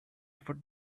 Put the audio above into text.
ever